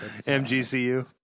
MGCU